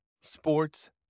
sports